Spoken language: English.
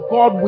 God